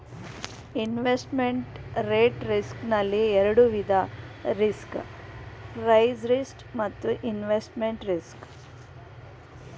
investment rate risk ನಲ್ಲಿ ಎರಡು ವಿಧ ರಿಸ್ಕ್ ಪ್ರೈಸ್ ರಿಸ್ಕ್ ಮತ್ತು ರಿಇನ್ವೆಸ್ಟ್ಮೆಂಟ್ ರಿಸ್ಕ್